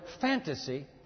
fantasy